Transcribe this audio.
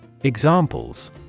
Examples